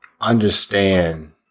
understand